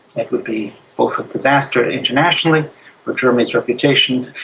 it would be both a disaster internationally for germany's reputation,